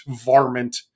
varmint